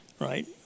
right